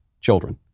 children